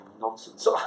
nonsense